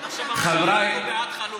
אנחנו בעד חלוקה,